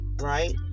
right